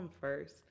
first